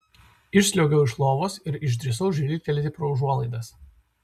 išsliuogiau iš lovos ir išdrįsau žvilgtelėti pro užuolaidas